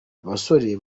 abasore